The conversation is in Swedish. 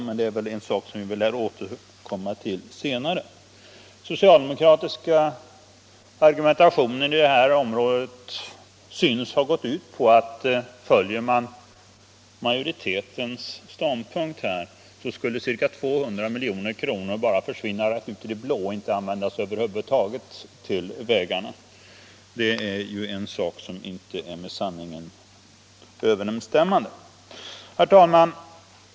Men det är en sak som vi lär återkomma till senare. Den socialdemokratiska argumentationen på det här området synes ha gått ut på att, om majoritetens ståndpunkt biträds, ca 200 milj.kr. skulle försvinna rätt ut i det blå och över huvud taget inte användas till vägarna. Det är inte med sanningen överensstämmande. Herr talman!